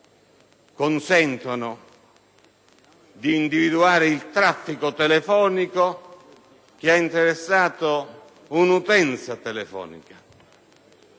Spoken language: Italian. consentono di individuare il traffico telefonico che ha interessato un'utenza telefonica